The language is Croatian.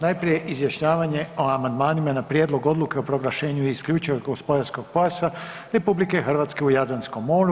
Najprije izjašnjavanje o amandmanima na Prijedlog Odluke o proglašenju isključivog gospodarskog pojasa RH u Jadranskom moru.